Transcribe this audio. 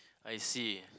I see